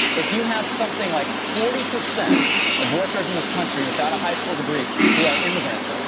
if you have something like forty percent of workers in this country without a high school degree who are immigrants,